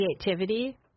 creativity